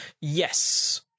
Yes